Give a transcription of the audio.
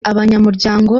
abanyamuryango